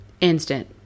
instant